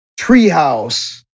treehouse